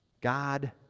God